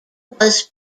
was